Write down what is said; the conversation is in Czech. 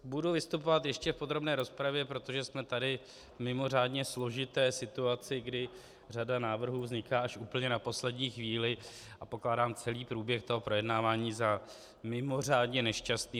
Budu vystupovat ještě v podrobné rozpravě, protože jsme tady v mimořádně složité situaci, kdy řada návrhů vzniká až úplně na poslední chvíli, a pokládám celý průběh toho projednávání za mimořádně nešťastný.